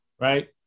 right